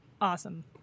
awesome